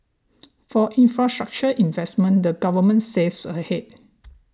for infrastructure investments the Government saves ahead